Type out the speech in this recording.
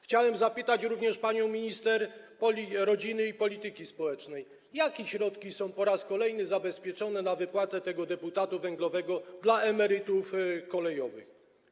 Chciałem zapytać również panią minister rodziny i polityki społecznej: Jakie środki są po raz kolejny zabezpieczone na wypłatę tego deputatu węglowego dla emerytów kolejowych?